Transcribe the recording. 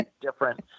different